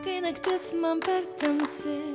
kai naktis man per tamsi